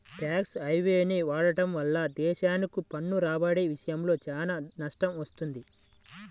tax హెవెన్ని వాడటం వల్ల దేశాలకు పన్ను రాబడి విషయంలో చాలా నష్టం వస్తుంది